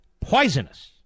Poisonous